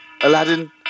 Aladdin